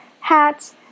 hats